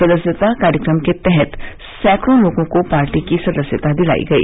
सदस्यता कार्यक्रम के तहत सैकड़ों लोगों को पार्टी की सदस्यता दिलाई गई